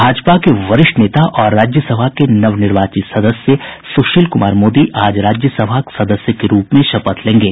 भाजपा के वरिष्ठ नेता और राज्यसभा के नवनिर्वाचित सदस्य सुशील कुमार मोदी आज राज्यसभा सदस्य के रूप में शपथ लेंगे